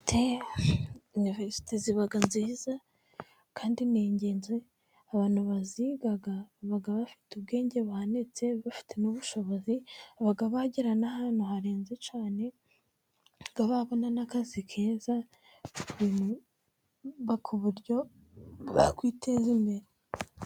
Iniverisite ziba nziza kandi ni ingenzi abantu baziga baba bafite ubwenge buhanitse, bafite n'ubushobozi baba bagera n'ahantu harenze cyane, baba babona n'akazi keza ku buryo bakwiteza imbere.